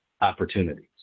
opportunities